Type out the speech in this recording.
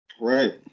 Right